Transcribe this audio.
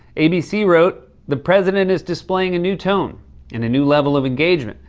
abc wrote, the president is displaying a new tone and a new level of engagement.